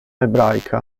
ebraica